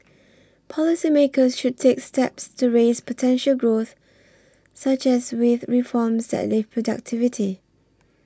policy makers should take steps to raise potential growth such as with reforms that lift productivity